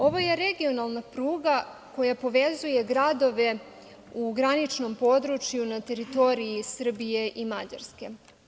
Ovo je regionalna pruga koja povezuje gradove u graničnom području na teritoriji Srbije i Mađarske.